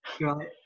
right